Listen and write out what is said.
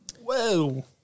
Whoa